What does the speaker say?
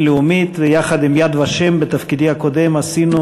ויחד עם "יד ושם" בתפקידי הקודם עשינו